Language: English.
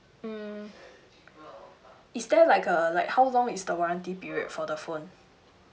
mm is there like a like how long is the warranty period for the phone